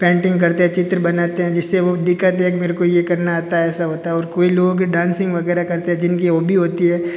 painting करते है चित्र बनाते हैं जिससे वो दिखाते हैं मेरे को ये करना आता है ऐसा होता और कोई लोगों के डांसिंग वगैरह करते हैं जिनकी होबी होती है